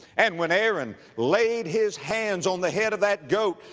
and when aaron laid his hands on the head of that goat,